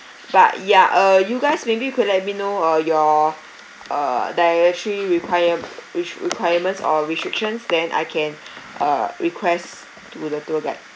but yeah uh you guys maybe could let me know uh your uh dietary require re~ requirements or restrictions then I can uh request to the tour guide